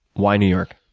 why new york?